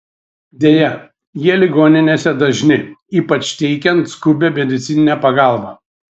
deja jie ligoninėse dažni ypač teikiant skubią medicininę pagalbą